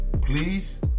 Please